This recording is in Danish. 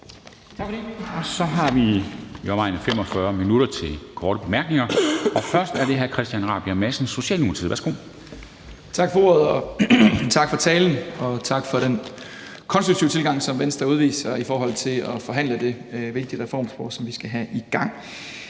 Tak for det. Så har vi i omegnen af 45 minutter til korte bemærkninger. Først er det hr. Christian Rabjerg Madsen, Socialdemokratiet. Værsgo. Kl. 10:09 Christian Rabjerg Madsen (S): Tak for ordet, tak for talen, og tak for den konstruktive tilgang, som Venstre udviser i forhold til at forhandle det vigtige reformforslag, som vi skal have i gang.